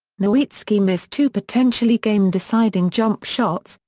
nowitzki missed two potentially game deciding jump shots,